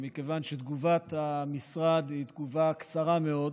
ומכיוון שתגובת המשרד היא תגובה קצרה מאוד,